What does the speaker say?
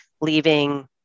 leaving